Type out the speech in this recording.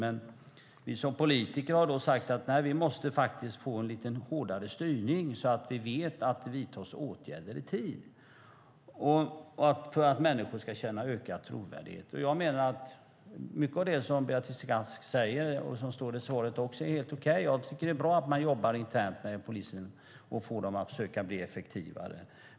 Vi har som politiker då sagt att vi faktiskt måste få en lite hårdare styrning så att vi vet att det vidtas åtgärder i tid för att människor ska känna ökad tillit. Jag menar att mycket av det som Beatrice Ask säger och som också står i svaret är helt okej. Jag tycker att det är bra att man jobbar internt med polisen och får dem att försöka bli effektivare.